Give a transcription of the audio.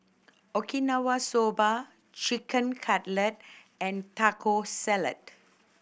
Okinawa Soba Chicken Cutlet and Taco Salad